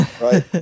Right